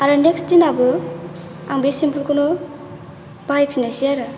आरो नेक्स्ट दिनाबो आं बे शेमपुखौनो बाहायफिननायसै आरो